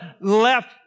left